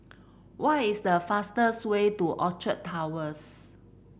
what is the fastest way to Orchard Towers